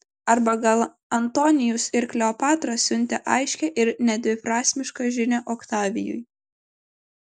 arba gal antonijus ir kleopatra siuntė aiškią ir nedviprasmišką žinią oktavijui